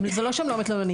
זה לא שהם לא מתלוננים,